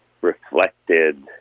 reflected